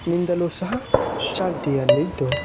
ನಿಂದಲು ಸಹ ಚಾಲತಿಯಲ್ಲಿದ್ದು